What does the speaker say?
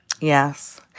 Yes